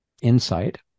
insight